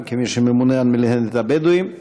גם כמי שממונה על מינהלת הבדואים.